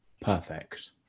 perfect